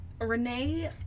Renee